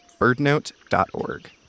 birdnote.org